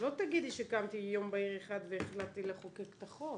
לא תגידי שקמתי יום בהיר אחד והחלטתי לחוקק את החוק.